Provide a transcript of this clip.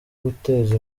guteza